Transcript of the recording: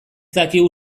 dakigu